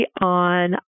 on